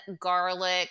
garlic